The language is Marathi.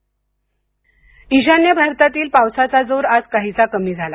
हवामान इशान्य भारतातील पावसाचा जोर आज काहीसा कमी झाला